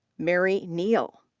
mary neel.